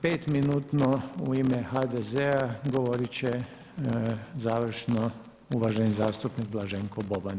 Pet minutno u ime HDZ-a govorit će završno uvaženi zastupnik Blaženko Boban.